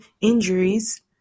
injuries